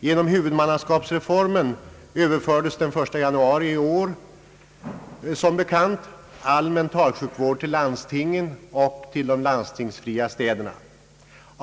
Genom <:huvudmannaskapsreformen överfördes den 1 januari i år som bekant all mentalsjukvård till landstingen och till de landstingsfria städerna.